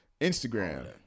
Instagram